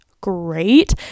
great